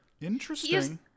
interesting